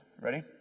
ready